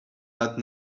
that